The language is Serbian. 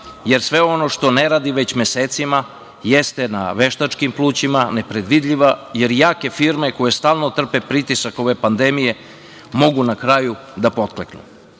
jer sve ono što ne radi već mesecima jeste na veštačkim plućima, nepredvidljiva jer jake firme koje stalno trpe pritisak ove pandemije mogu na kraju da pokleknu. Ako